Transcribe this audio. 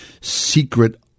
secret